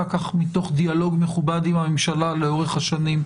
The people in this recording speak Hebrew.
מתוך דיאלוג מכובד עם הממשלה לעצב לאורך השנים.